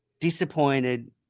disappointed